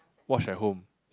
watch at home